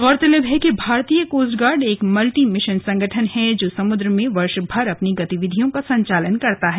गौरतलब है कि भारतीय कोस्टगार्ड एक मल्टी मिशन संगठन है जो समुद्र में वर्ष भर अपनी गतिविधियों का संचालन करता है